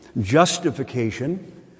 justification